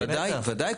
ודאי, ודאי.